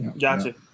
Gotcha